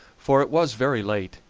for it was very late,